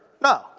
No